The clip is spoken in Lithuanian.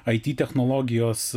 it technologijos